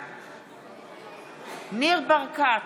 בעד ניר ברקת,